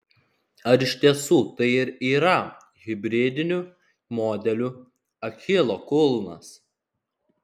ar iš tiesų tai ir yra hibridinių modelių achilo kulnas